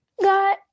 God